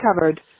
covered